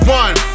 one